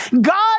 God